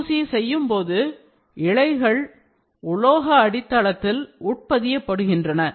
UC செய்யும்போது இழைகள் உலோக அடி தளத்தில் உட் பதியப்படுகின்றன